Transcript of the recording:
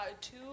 Two